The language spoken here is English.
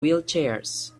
wheelchairs